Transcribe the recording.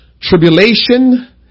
Tribulation